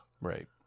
Right